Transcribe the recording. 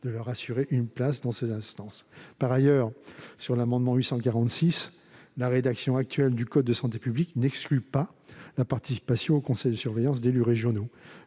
de leur assurer une place dans ces instances. Par ailleurs, la rédaction actuelle du code de santé publique n'exclut pas la participation au conseil de surveillance d'élus régionaux.